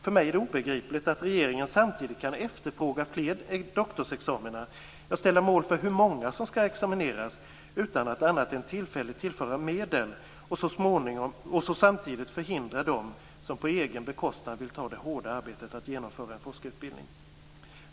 För mig är det obegripligt att regeringen samtidigt kan efterfråga fler doktorsexamina, ja, ställa mål för hur många som skall examineras, utan att annat än tillfälligt tillföra medel, och samtidigt förhindra dem som på egen bekostnad vill ta det hårda arbetet att genomföra en forskarutbildning.